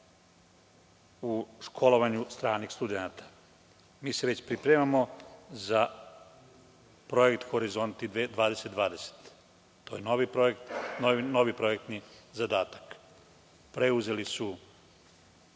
u školovanju stranih studenata. Mi se već pripremamo za Projekat „Horizonti 2020“. To je novi projektni zadatak. Odbori i